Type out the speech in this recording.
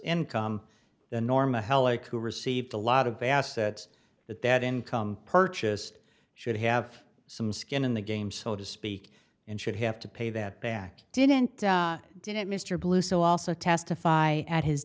income the norm a heloc who received a lot of assets that that income purchased should have some skin in the game so to speak and should have to pay that back didn't didn't mr blue so also testify at his